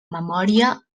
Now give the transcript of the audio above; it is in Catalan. memòria